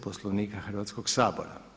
Poslovnika Hrvatskog sabora.